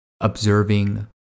observing